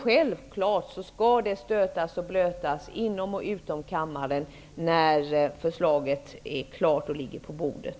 Självklart skall frågan stötas och blötas inom och utom kammaren när förslaget är klart.